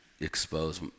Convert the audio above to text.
expose